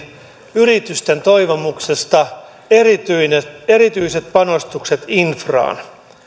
yritysten toivomuksesta erityiset erityiset panostukset infraan